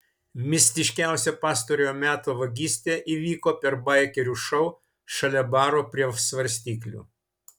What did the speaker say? mistiškiausia pastarojo meto vagystė įvyko per baikerių šou šalia baro prie svarstyklių